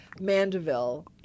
Mandeville